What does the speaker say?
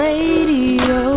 Radio